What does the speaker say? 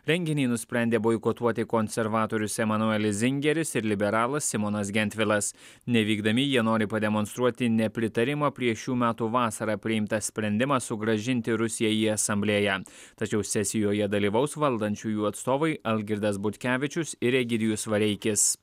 renginį nusprendė boikotuoti konservatorius emanuelis zingeris ir liberalas simonas gentvilas nevykdami jie nori pademonstruoti nepritarimą prieš šių metų vasarą priimtą sprendimą sugrąžinti rusiją į asamblėją tačiau sesijoje dalyvaus valdančiųjų atstovai algirdas butkevičius ir egidijus vareikis